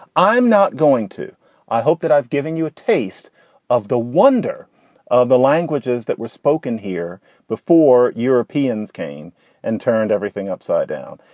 i'm not going to i hope that i've given you a taste of the wonder of the languages that were spoken here before europeans came and turned everything upside down.